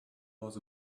was